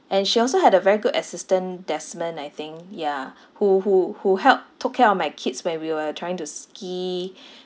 and she also had a very good assistant desmond I think ya who who who helped took care of my kids when we were trying to ski